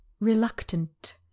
reluctant